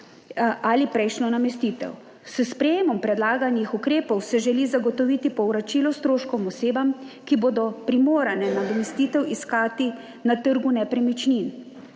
ali prejšnjo namestitev. S sprejemom predlaganih ukrepov se želi zagotoviti povračilo stroškov osebam, ki bodo primorane nadomestitev iskati na trgu nepremičnin